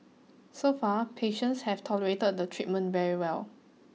so far patients have tolerated the treatment very well